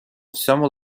всьому